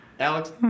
Alex